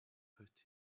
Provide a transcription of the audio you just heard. put